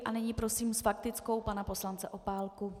A nyní prosím s faktickou pana poslance Opálku.